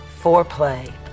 foreplay